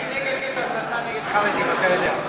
אני נגד הסתה נגד חרדים, אתה יודע.